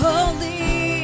Holy